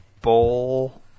bowl